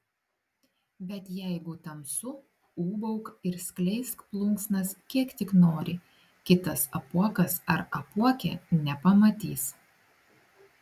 bet jeigu tamsu ūbauk ir skleisk plunksnas kiek tik nori kitas apuokas ar apuokė nepamatys